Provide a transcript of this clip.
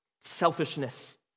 selfishness